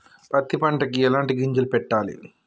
పత్తి పంటకి ఎలాంటి గింజలు పెట్టాలి?